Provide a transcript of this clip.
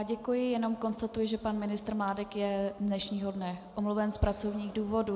Děkuji, jenom konstatuji, že pan ministr Mládek je z dnešního dne omluven z pracovních důvodů.